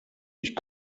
ich